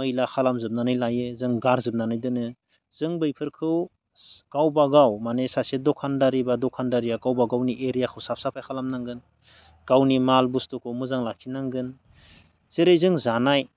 मैला खालामजोबनानै लायो जों गारजोबनानै दोनो जों बैफोरखौ गावबा गाव माने सासे दखानदारि बा दखानदारिया गावबा गावनि एरियाखौ साफ साफाय खालामनांगोन गावनि माल बुस्थुखौ मोजां लाखिनांगोन जेरै जों जानाय